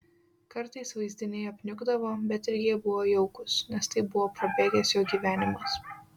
kartais vaizdiniai apniukdavo bet ir jie buvo jaukūs nes tai buvo prabėgęs jo gyvenimas